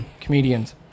comedians